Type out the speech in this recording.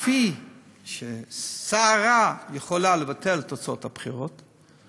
שכפי ששרה יכולה לבטל את תוצאות הבחירות,